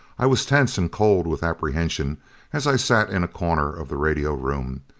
i was tense and cold with apprehension as i sat in a corner of the radio room,